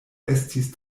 estis